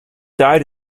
died